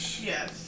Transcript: Yes